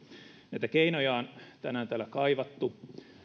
näitä keinoja on tänään täällä kaivattu